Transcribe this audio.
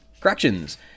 Corrections